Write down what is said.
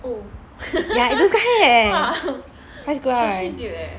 ya like this kind eh quite screwed up